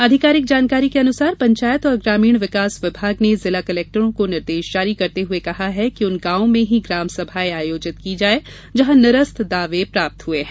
आधिकारिक जानकारी के अनुसार पंचायत और ग्रामीण विकास विभाग ने जिला कलेक्टरों को निर्देश जारी करते हुए कहा है कि उन गाँव में ही ग्राम सभाएं आयोजित की जाए जहां निरस्त दावे प्राप्त हुए हैं